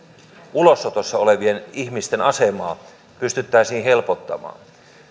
ulosotossa olevien ihmisten asemaa pystyttäisiin helpottamaan